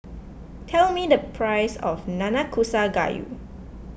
tell me the price of Nanakusa Gayu